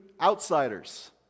outsiders